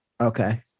Okay